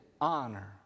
honor